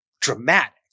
dramatic